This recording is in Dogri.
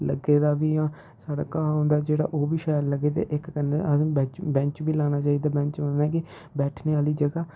लग्गे दा बी जां साढ़ा घाह् होंदा जेह्ड़ा ओह् बी शैल लग्गै ते इक कन्नै असें बिच्च बेंच बी लाना चाहिदा बेंच मतलब कि बैठने आह्ली जगह्